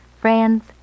Friends